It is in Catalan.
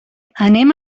anem